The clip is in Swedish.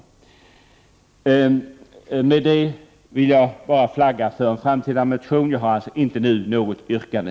Med detta vill jag som sagt flagga för en framtida motion. Jag har alltså inte nu något yrkande.